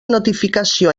notificació